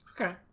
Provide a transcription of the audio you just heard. Okay